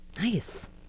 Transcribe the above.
Nice